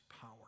power